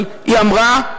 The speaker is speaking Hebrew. אבל היא אמרה,